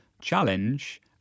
challenge